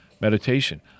Meditation